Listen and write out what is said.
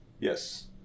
Yes